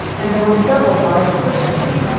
and there were several large cushions.